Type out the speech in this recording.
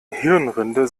hirnrinde